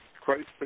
Christ